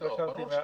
ברור שלא.